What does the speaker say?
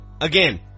Again